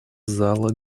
зала